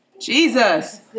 Jesus